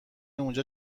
اونجا